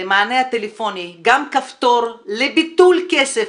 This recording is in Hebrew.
למענה הטלפוני גם כפתור לביטול כסף,